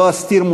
לא אסתיר,